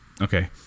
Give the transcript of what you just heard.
okay